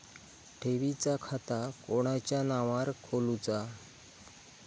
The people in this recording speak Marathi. ठेवीचा खाता कोणाच्या नावार खोलूचा?